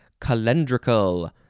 calendrical